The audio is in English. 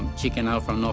chicken out from